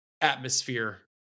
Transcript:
atmosphere